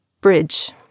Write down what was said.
bridge